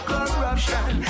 Corruption